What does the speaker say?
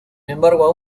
embargo